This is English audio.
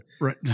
right